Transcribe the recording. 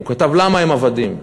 הוא כתב למה הם עבדים.